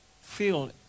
feel